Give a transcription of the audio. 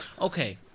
okay